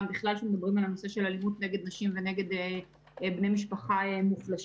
בכלל כאשר מדברים על הנושא של אלימות נגד נשים ונגד בני משפחה מוחלשים,